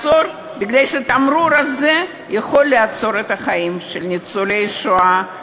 מפני שהתמרור הזה יכול לעצור את החיים של ניצולי שואה.